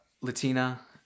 Latina